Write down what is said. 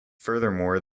furthermore